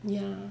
ya